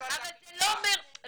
אבל זה לא אומר --- זה לא משרד הקליטה.